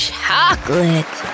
Chocolate